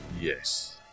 yes